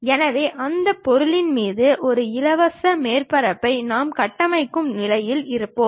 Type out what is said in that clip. எனவே அந்த பொருளின் மீது ஒரு இலவச மேற்பரப்பை நாம் கட்டமைக்கும் நிலையில் இருப்போம்